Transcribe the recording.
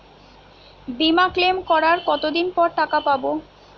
বিমা ক্লেম করার কতদিন পর টাকা পাব?